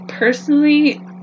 Personally